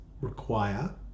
require